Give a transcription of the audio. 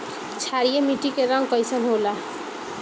क्षारीय मीट्टी क रंग कइसन होला?